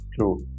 True